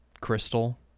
crystal